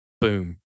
Boom